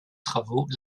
travaux